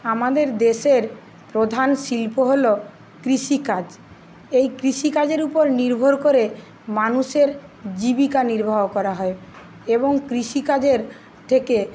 আমাদের দেশের প্রধান শিল্প হলো কৃষিকাজ এই কৃষিকাজের উপর নির্ভর করে মানুষের জীবিকা নির্বাহ করা হয় এবং কৃষিকাজের থেকে